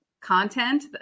content